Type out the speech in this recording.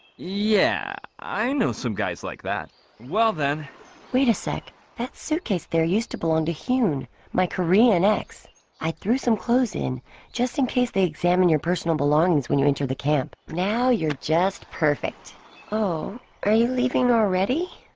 yeah, i know some guys like that well then wait a sec that suitcase there used to belong to hyun my korean ex i threw some clothes in just in case they examine your personal belongings when you enter the camp now. you're just perfect oh are you leaving already?